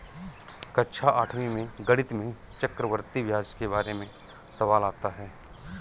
कक्षा आठवीं में गणित में चक्रवर्ती ब्याज के बारे में सवाल आता है